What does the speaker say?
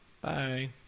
bye